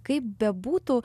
kaip bebūtų